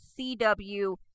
CW